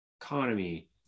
economy